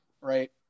right